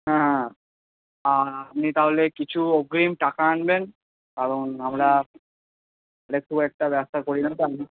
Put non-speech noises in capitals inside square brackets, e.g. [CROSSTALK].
হ্যাঁ আপনি তাহলে কিছু অগ্রিম টাকা আনবেন কারণ আমরা [UNINTELLIGIBLE] খুব একটা ব্যবসা করি না তো আপনি